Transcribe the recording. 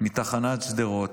מתחנת שדרות,